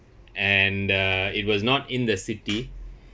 and uh it was not in the city